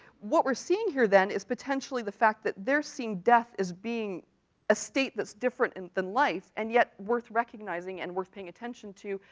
what we're seeing here then is potentially the fact that they're seeing death as being a state that's different and than life, and yet worth recognizing and worth paying attention to,